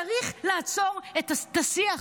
צריך לעצור את השיח,